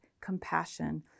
compassion